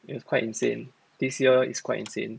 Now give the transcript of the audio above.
it was quite insane this year is quite insane